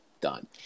done